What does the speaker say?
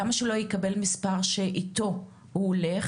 למה שהוא לא יקבל מספר שאיתו הוא הולך,